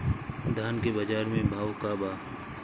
धान के बजार में भाव का बा